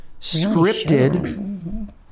scripted